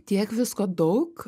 tiek visko daug